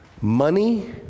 money